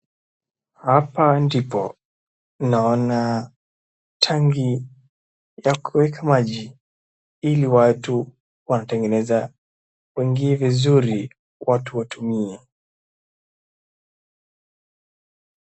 Hapa ndipo, naona, tangi ya kuweka maji ili watu wanatengeneza, waingie vizuri watu watumie.